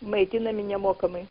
maitinami nemokamai